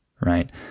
right